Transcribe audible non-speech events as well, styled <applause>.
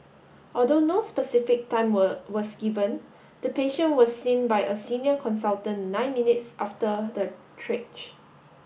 although no specific time were was given the patient was seen by a senior consultant nine minutes after the <unintelligible>